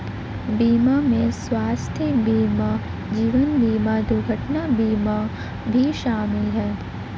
बीमा में स्वास्थय बीमा जीवन बिमा दुर्घटना बीमा भी शामिल है